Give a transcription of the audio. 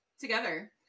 together